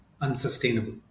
unsustainable